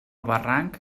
barranc